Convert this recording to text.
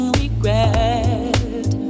regret